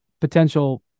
potential